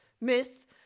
miss